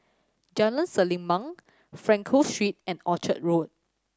Jalan Selimang Frankel Street and Orchard Road